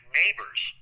neighbors